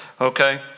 okay